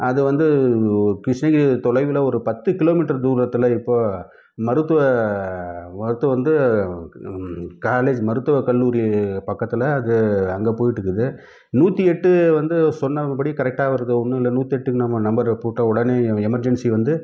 அது வந்து கிருஷ்ணகிரி தொலைவில் ஒரு பத்து கிலோமீட்டர் தூரத்தில் இப்போ மருத்துவ மருத்துவ வந்து காலேஜ் மருத்துவக் கல்லூரி பக்கத்தில் அது அங்கே போயிவிட்டு இருக்குது நூற்றி எட்டு வந்து சொன்னபடி கரெக்ட்டாக வருது ஒன்று இல்லை நூற்றி எட்டு நம்ம நம்பரை போட்ட உடனே எமர்ஜென்சி வந்து